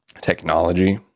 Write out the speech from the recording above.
technology